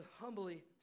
humbly